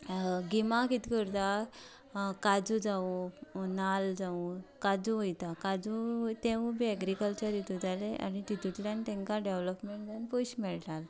गिमांत कितें करतात काजू जावं नाल्ल जावं काजूक वतता काजू बी एग्रिकल्चर हातूंत जालें आनी तितूंतल्यान तांकां डॅवेलपमेंट जावन पयशे मेळटात